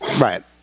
right